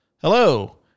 Hello